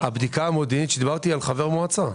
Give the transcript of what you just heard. הבדיקה המודיעינית שדיברתי היא על חבר מועצה.